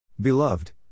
Beloved